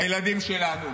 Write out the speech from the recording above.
הילדים שלנו,